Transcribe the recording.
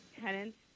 tenants